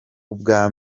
ubwa